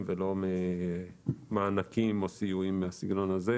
ולא ממענקים או סיוע מסגנונות שונים.